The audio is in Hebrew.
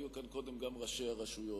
היו קודם גם ראשי הרשויות.